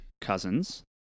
cousins